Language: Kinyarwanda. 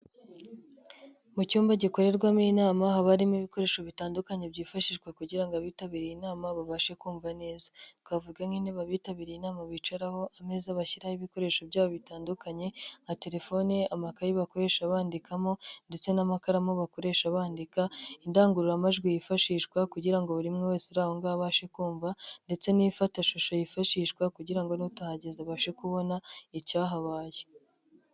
Mu cyumba gikorerwamo inama haba harimo ibikoresho bitandukanye byifashishwa kugira ngo abitabire inama babashe kumva neza, twavuga nk'inbe bitabiriye inama bicaraho, ameza bashyiraho ibikoresho byabo bitandukanye, nka telefone, amakayi bakoresha bandikamo ndetse n'amakaramu bakoresha bandika, indangururamajwi yifashishwa kugira ngo buri umwe wese uri aho ngaho abashe kumva ndetse n'ifatashusho yifashishwa kugira ngo n'utahageze abashe kubona icyahabaye.